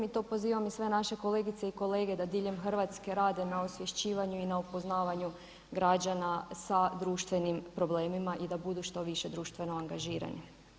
I to pozivam i sve naše kolegice i kolege da diljem Hrvatske rade na osvješćivanju i na upoznavanju građana sa društvenim problemima i da budu što više društveno angažirani.